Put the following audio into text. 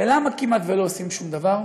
ולמה כמעט לא עושים שום דבר?